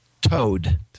Toad